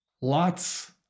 lots